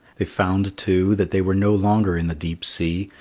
they found, too, that they were no longer in the deep sea,